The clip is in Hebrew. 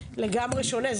לגמרי שונה.